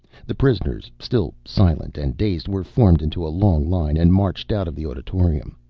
the prisoners, still silent and dazed, were formed into a long line and marched out of the auditorium.